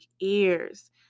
ears